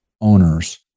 owners